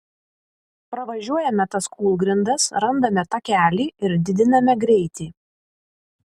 pravažiuojame tas kūlgrindas randame takelį ir didiname greitį